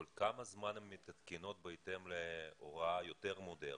כל כמה זמן הן מתעדכנות בהתאם להוראה יותר מודרנית?